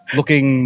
Looking